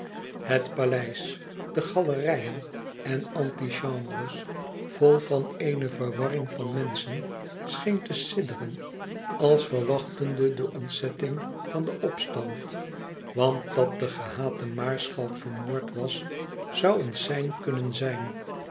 het paleis de galerijen en antichambres vol van eene verwarring van menschen scheen te sidderen als verwachtende de ontzetting van den opstand want dat de gehate maarschalk vermoord was zoû een sein kunnen zijn